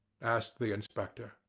asked the inspector.